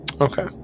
Okay